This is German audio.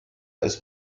ist